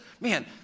man